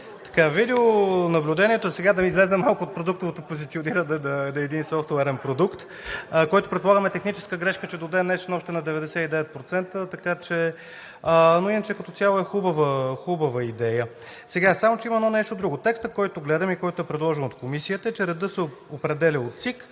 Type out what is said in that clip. така, видеонаблюдението. Сега да излезем малко от продуктовото позициониране на един софтуерен продукт, което, предполагам, е техническа грешка, че до ден днешен е още на 99%, но като цяло е хубава идея. Има нещо друго. Текстът, който гледаме и който е предложен от Комисията, е, че редът се определя от ЦИК